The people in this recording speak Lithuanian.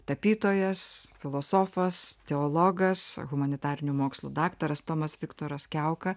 tapytojas filosofas teologas humanitarinių mokslų daktaras tomas viktoras kiauka